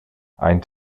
ein